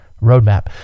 roadmap